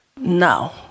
Now